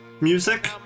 music